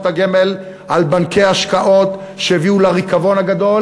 הגמל על בנקי השקעות שהביאו לריקבון הגדול,